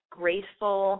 graceful